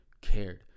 cared